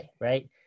right